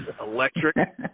electric